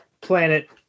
planet